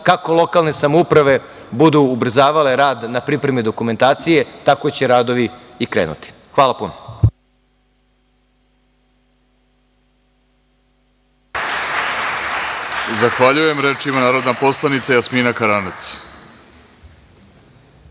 kako lokalne samouprave budu ubrzavale rad na pripremi dokumentacije, tako će radovi i krenuti. Hvala.